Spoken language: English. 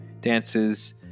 dances